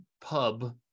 pub